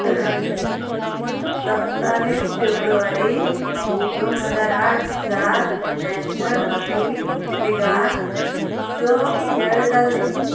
सत्तावीस फेब्रुवारी दोन हजार आठ दिसा नॅशनल हॉकी लिगांत स खेळ जाल्ले